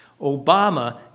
Obama